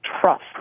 trust